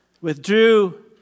Withdrew